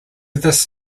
this